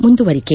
ಮುಂದುವರಿಕೆ